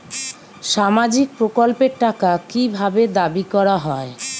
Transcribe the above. সামাজিক প্রকল্পের টাকা কি ভাবে দাবি করা হয়?